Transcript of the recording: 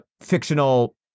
fictional